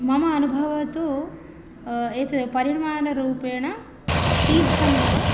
मम अनुभवः तु एतदेव परिमाणरूपेण शीघ्रमेव